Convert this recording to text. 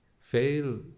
fail